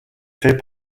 fait